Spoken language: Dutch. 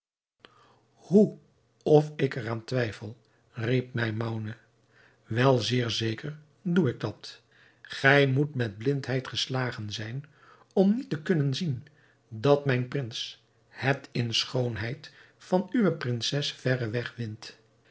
hoe of ik er aan twijfel riep maimoune wel zeer zeker doe ik dat gij moet met blindheid geslagen zijn om niet te kunnen zien dat mijn prins het in schoonheid van uwe prinses verreweg wint